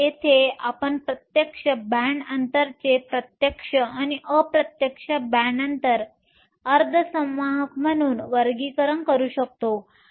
तर येथे आपण प्रत्यक्ष बॅण्ड अंतर चे प्रत्यक्ष आणि अप्रत्यक्ष बॅण्ड अंतर अर्धसंवाहक म्हणून वर्गीकरण करू शकतो